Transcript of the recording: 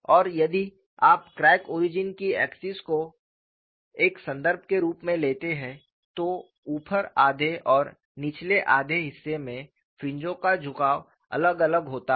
और यदि आप क्रैक ओरिजिन की एक्सिस को एक संदर्भ के रूप में देखते हैं तो ऊपर आधे और निचले आधे हिस्से में फ्रिंजों का झुकाव अलग अलग होता है